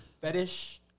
Fetish